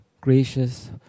gracious